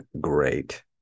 great